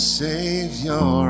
savior